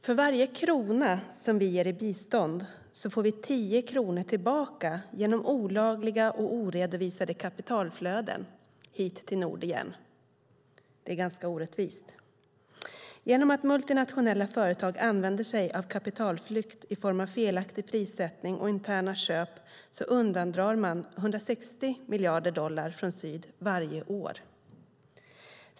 För varje krona som vi ger i bistånd får vi tio kronor tillbaka genom olagliga och oredovisade kapitalflöden åter hit till nord. Det är ganska orättvist. Genom att multinationella företag använder sig av kapitalflykt i form av felaktig prissättning och interna köp undandrar man 160 miljarder dollar från syd varje år.